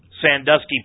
Sandusky